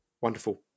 wonderful